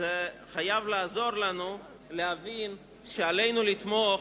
חייב לעזור לנו להבין שעלינו לתמוך,